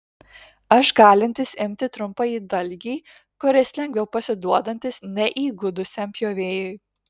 aš galintis imti trumpąjį dalgį kuris lengviau pasiduodantis neįgudusiam pjovėjui